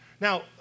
Now